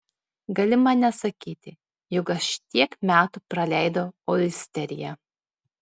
gali man nesakyti juk aš tiek metų praleidau olsteryje